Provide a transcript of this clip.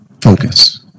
focus